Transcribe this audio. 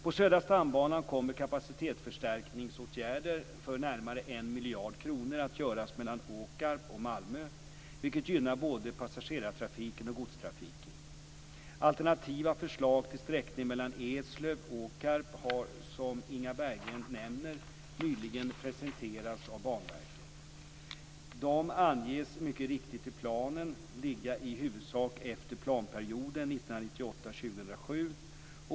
På Södra Stambanan kommer kapacitetsförstärkningsåtgärder för närmare 1 miljard kronor att göras mellan Åkarp och Malmö, vilket gynnar både passagerartrafiken och godstrafiken. Alternativa förslag till sträckningar mellan Eslöv och Åkarp har, som Inga Berggren nämner, nyligen presenterats av Banverket. De anges mycket riktigt i planen ligga i huvudsak efter planperioden 1998-2007.